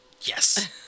Yes